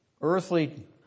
earthly